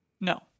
No